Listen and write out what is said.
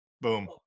Boom